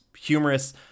humorous